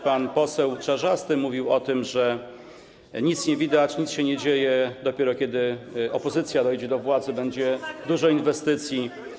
Pan poseł Czarzasty mówił o tym, że nic nie widać, nic się nie dzieje, dopiero kiedy opozycja dojdzie do władzy, będzie dużo inwestycji.